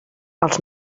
els